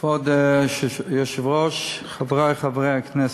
כבוד היושב-ראש, חברי חברי הכנסת,